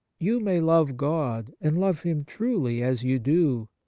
you may love god, and love him truly, as you do,